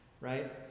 right